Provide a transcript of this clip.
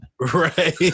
Right